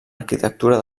arquitectura